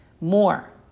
More